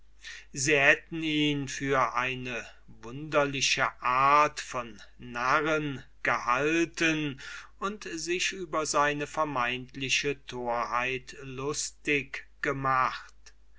sie hätten ihn für eine wunderliche art von narren gehalten und sich über seine vermeintliche torheit lustig gemacht